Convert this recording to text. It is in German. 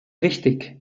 wichtig